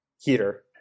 heater